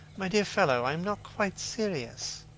my dear fellow, i am not quite serious.